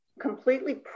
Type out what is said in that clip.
completely